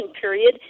period